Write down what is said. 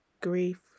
grief